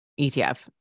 ETF